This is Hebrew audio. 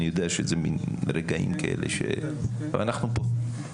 אני יודע שזה מין רגעים כאלה ש ואנחנו פה.